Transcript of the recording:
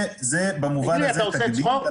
זה במובן הזה תקדים --- תגיד לי, אתה עושה צחוק?